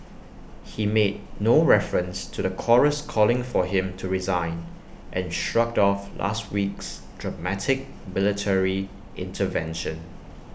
he made no reference to the chorus calling for him to resign and shrugged off last week's dramatic military intervention